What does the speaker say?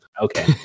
Okay